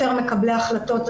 יותר מקבלי החלטות,